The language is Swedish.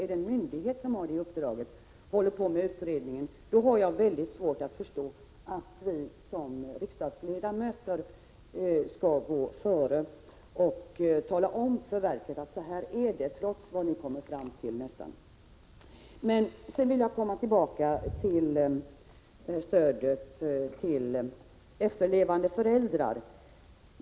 Jag har mycket svårt att förstå hur vi på den grunden skulle kunna slå fast hur det förhåller sig, innan riksförsäkringsverket redovisat resultatet av den utredning som verket fått i uppdrag att genomföra. Jag vill sedan återkomma till frågan om stödet till efterlevande föräldrar.